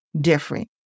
different